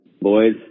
boys